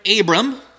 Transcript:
Abram